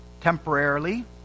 temporarily